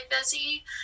busy